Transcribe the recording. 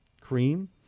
Cream